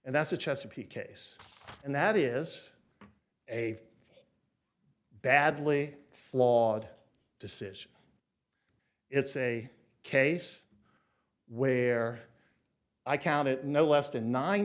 and that's the chesapeake case and that is a badly flawed decision it's a case where i counted no less than nine